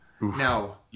Now